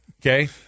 Okay